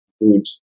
good